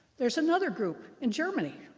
there's another group in germany.